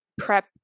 prep